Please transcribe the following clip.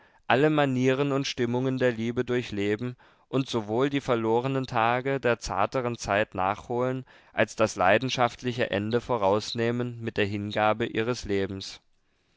alle manieren und stimmungen der liebe durchleben und sowohl die verlorenen tage der zarteren zeit nachholen als das leidenschaftliche ende vorausnehmen mit der hingabe ihres lebens